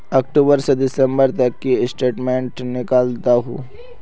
अक्टूबर से दिसंबर तक की स्टेटमेंट निकल दाहू?